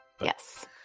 yes